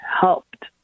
helped